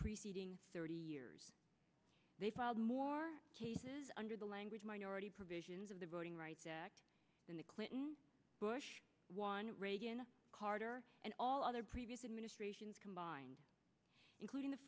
preceding thirty years they filed more cases under the language minority provisions of the voting rights act than the clinton bush reagan carter and all other previous administrations combined including the